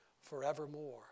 forevermore